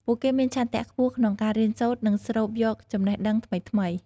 ពួកគេមានឆន្ទៈខ្ពស់ក្នុងការរៀនសូត្រ និងស្រូបយកចំណេះដឹងថ្មីៗ។